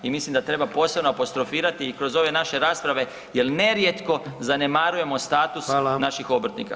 I mislim da treba posebno apostrofirati i kroz ove naše rasprave jer nerijetko zanemarujemo [[Upadica: Hvala]] status naših obrtnika.